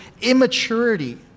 immaturity